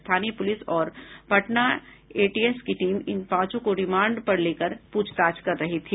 स्थानीय पुलिस और पटना एटीएस की टीम इन पांचों को रिमांड पर लेकर पूछताछ कर रही थी